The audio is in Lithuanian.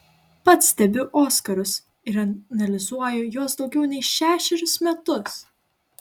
pats stebiu oskarus ir analizuoju juos daugiau nei šešerius metus